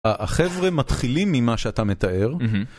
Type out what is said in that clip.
החבר'ה מתחילים ממה שאתה מתאר